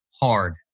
hard